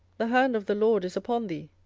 the hand of the lord is upon thee,